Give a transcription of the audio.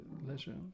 leisure